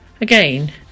again